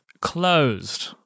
closed